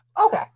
Okay